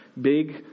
big